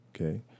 okay